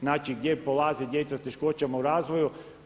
Znači, gdje polaze djeca sa teškoćama u razvoju.